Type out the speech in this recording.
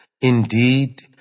Indeed